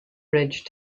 bridge